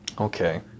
Okay